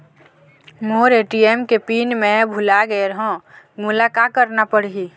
मोर ATM के pin मैं भुला गैर ह, मोला का करना पढ़ही?